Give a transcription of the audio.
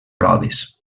proves